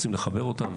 רוצים לחבר אותם,